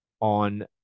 on